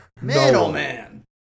Middleman